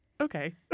Okay